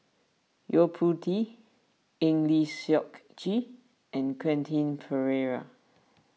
Yo Po Tee Eng Lee Seok Chee and Quentin Pereira